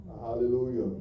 Hallelujah